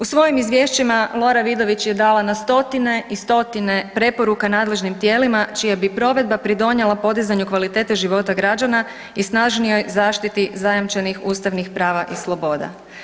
U svojim izvješćima Lora Vidović je dala na stotine i stotine preporuka nadležnim tijelima čija bi provedba pridonijela podizanju kvalitete života građana i snažnijoj zaštiti zajamčenih ustavnih prava i sloboda.